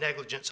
negligence